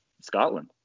scotland